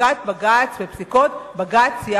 שפסיקות בג"ץ ייאכפו.